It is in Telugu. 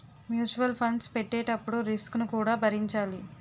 మ్యూటల్ ఫండ్స్ పెట్టేటప్పుడు రిస్క్ ను కూడా భరించాలి